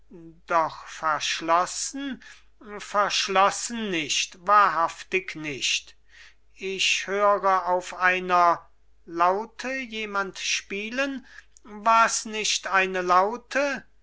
doch verschlossen verschlossen nicht wahrhaftig nicht ich höre auf einer laute jemand spielen wars nicht eine laute